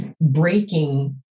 breaking